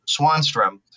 Swanstrom